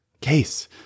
case